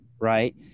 right